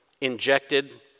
injected